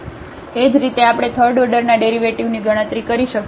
એ જ રીતે આપણે થર્ડ ઓર્ડરના ડેરિવેટિવની ગણતરી કરી શકીએ છીએ